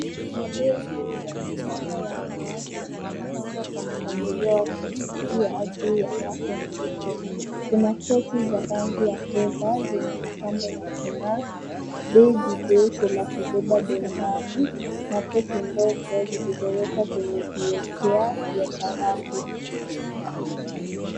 Mabegi ya kisasa ya wanawake yamepangwa kwa mpangilio wa kuvutia juu ya rafu nyeupe. Kuna pochi za rangi ya fedha zenye mapambo ya kung'aa, begi jeusi la kubeba begani na pochi ndogo zilizowekwa kwenye kiwekeaji ya dhahabu.